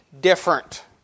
different